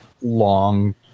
long